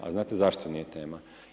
A znate zašto nije tema?